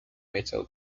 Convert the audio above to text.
metal